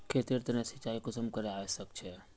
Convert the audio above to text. खेतेर तने सिंचाई कुंसम करे आवश्यक छै?